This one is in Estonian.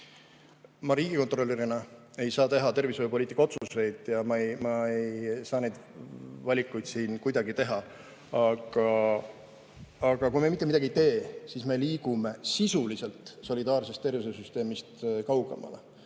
Ma riigikontrolörina ei saa teha tervishoiupoliitika otsuseid ja ma ei saa neid valikuid siin kuidagi teha. Aga kui me mitte midagi ei tee, siis me liigume sisuliselt solidaarsest tervishoiusüsteemist kaugemale.